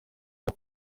aya